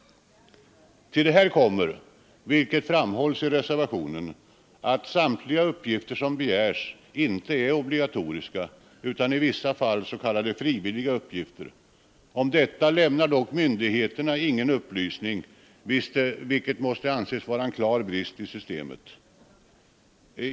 Till detta kommer — vilket framhålls i reservationen — att samtliga uppgifter som begärs inte är obligatoriska utan i vissa fall utgörs av s.k. frivilliga uppgifter. Om detta lämnar dock myndigheterna ingen upplysning, vilket måste anses vara en brist i systemet.